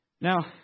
Now